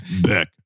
Beck